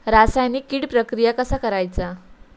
रासायनिक कीड प्रक्रिया कसा करायचा?